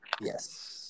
Yes